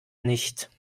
nicht